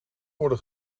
worden